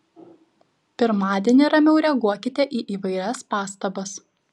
pirmadienį ramiau reaguokite į įvairias pastabas